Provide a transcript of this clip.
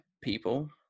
people